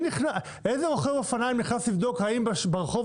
איזה רוכב אופניים נכנס לבדוק האם ברחוב